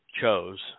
chose